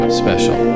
special